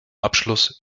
abschluss